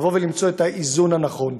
למצוא את האיזון הנכון.